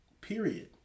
period